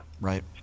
Right